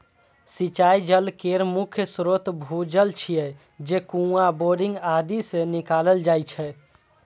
सिंचाइ जल केर मुख्य स्रोत भूजल छियै, जे कुआं, बोरिंग आदि सं निकालल जाइ छै